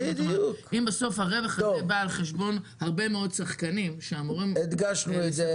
אם בסוף הרווח הזה בא על חשבון הרבה מאוד שחקנים --- הדגשנו את זה.